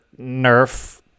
nerf